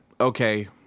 okay